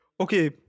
Okay